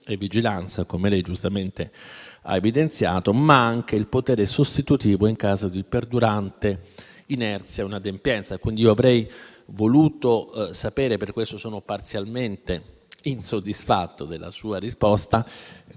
e vigilanza - come il Sottosegretario giustamente ha evidenziato - ma anche il potere sostitutivo in caso di perdurante inerzia o inadempienza. Avrei quindi voluto sapere - e per questo sono parzialmente insoddisfatto della sua risposta